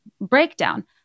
breakdown